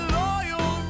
loyal